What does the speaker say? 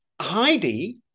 Heidi